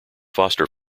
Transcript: foster